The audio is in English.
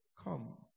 come